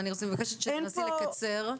אני מבקשת שתנסי לקצר.